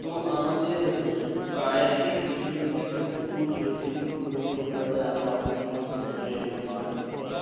তো আমাদের গাঁয়ের ঠিক পিছন দিকে একটা পুকুর ছিল সেই পুকুরে ছোটবেলায় আমরা অনেক সময় বন্ধুরা মিলে মাছ ধরতাম